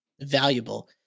valuable